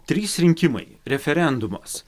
trys rinkimai referendumas